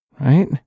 right